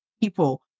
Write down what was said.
people